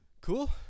Cool